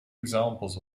examples